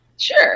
Sure